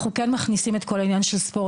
אנחנו כן מכניסים את כל העניין של ספורט,